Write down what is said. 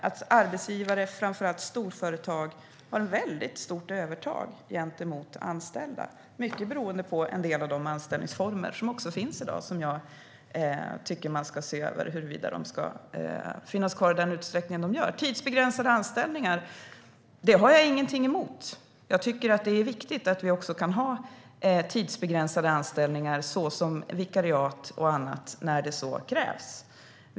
Arbetsgivarna, framför allt storföretagen, har ett stort övertag över de anställda - mycket beroende på en del av de anställningsformer som finns i dag och som jag tycker att man ska se över om de ska finnas kvar i samma utsträckning. Tidsbegränsade anställningar har jag ingenting emot. Jag tycker att det är viktigt att vi kan ha tidsbegränsade anställningar såsom vikariat och annat när så krävs.